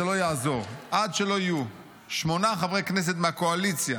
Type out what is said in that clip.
זה לא יעזור עד שלא יהיו שמונה חברי כנסת מהקואליציה